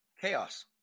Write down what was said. Chaos